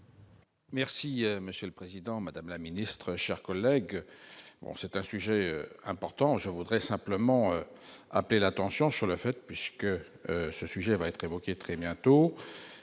Merci Monsieur le Président, Madame la Ministre, chers collègues, bon, c'est un sujet important, je voudrais simplement appel attention sur le fait que ce sujet va être évoquée très bientôt